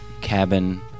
cabin